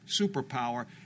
superpower